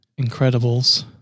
Incredibles